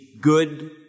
good